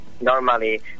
normally